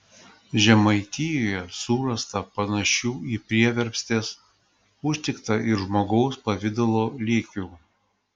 žemaitijoje surasta panašių į prieverpstes užtikta ir žmogaus pavidalo lėkių